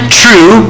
true